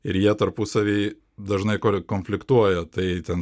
ir jie tarpusavy dažnai konfliktuoja tai ten